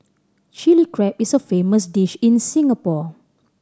Chilli Crab is a famous dish in Singapore